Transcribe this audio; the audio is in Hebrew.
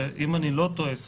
ואם אני לא טועה,